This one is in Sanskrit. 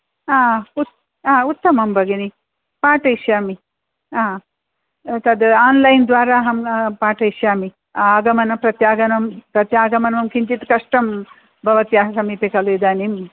हा उ उत्तमं भगिनि पाठयिष्यामि हा तत् आन्लैन् द्वारा अहं पाठयिष्यामि आगमनं प्रत्यागमनं प्रत्यागमनं किञ्चित् कष्टम् भवत्याः समीपे खलु इदानीम्